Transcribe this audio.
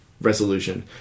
resolution